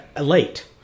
late